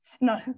No